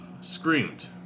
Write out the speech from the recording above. screamed